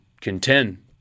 contend